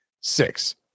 six